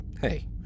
hey